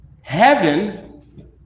heaven